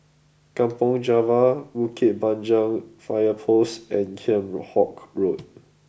Kampong Java Bukit Panjang Fire Post and Kheam Hock Road